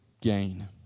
gain